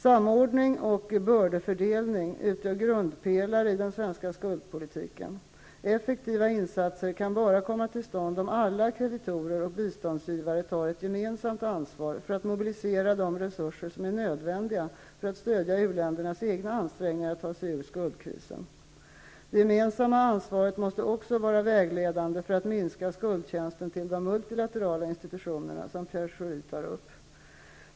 Samordning och bördefördelning utgör grundpelare i den svenska skuldpolitiken. Effektiva insatser kan bara komma till stånd om alla kreditorer och biståndsgivare tar ett gemensamt ansvar för att mobilisera de resurser som är nödvändiga för att stödja u-ländernas egna ansträngningar att ta sig ur skuldkrisen. Det gemensamma ansvaret måste också vara vägledande för att minska skuldtjänsten till de multilaterala institutionerna, som Pierre Schori tar upp.